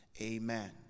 amen